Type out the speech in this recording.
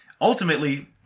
Ultimately